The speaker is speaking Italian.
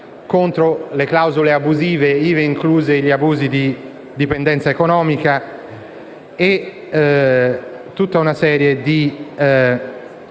contro le clausole abusive, ivi inclusi gli abusi di dipendenza economica e tutta una serie di tutele